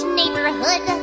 neighborhood